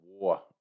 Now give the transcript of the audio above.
war